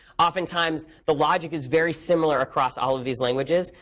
oftentimes, the logic is very similar across all of these languages,